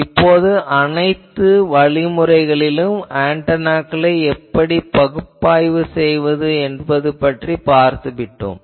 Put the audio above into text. இப்போது அனைத்து வழிமுறைகளிலும் ஆன்டெனாக்களை எப்படி பகுப்பாய்வு செய்வது என்பது பற்றி பார்த்துவிட்டோம்